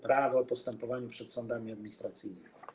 Prawo o postępowaniu przed sądami administracyjnymi.